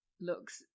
looks